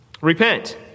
Repent